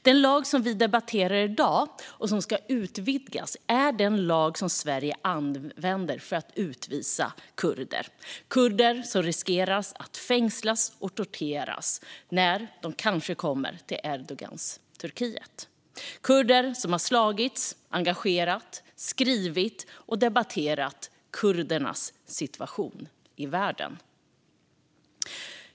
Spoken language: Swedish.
Den lag som vi debatterar i dag och som ska utvidgas är den lag som Sverige använder för att utvisa kurder till Turkiet. Det är kurder som riskerar att fängslas och torteras när de kommer till Erdogans Turkiet - kurder som har slagits för, engagerat sig i, skrivit om och debatterat kurdernas situation i världen.